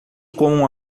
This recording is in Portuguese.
com